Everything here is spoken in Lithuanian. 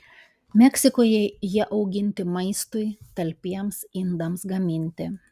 meksikoje jie auginti maistui talpiems indams gaminti